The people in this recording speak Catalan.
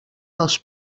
dels